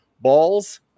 balls